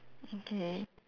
okay